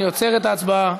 אני עוצר את ההצבעה.